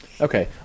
okay